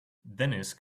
dennis